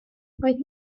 roedd